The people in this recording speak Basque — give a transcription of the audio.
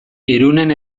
irunen